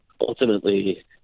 ultimately